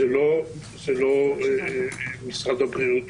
זה לא משרד הבריאות,